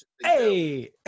Hey